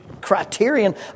criterion